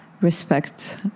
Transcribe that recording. respect